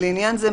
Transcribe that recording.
לעניין זה,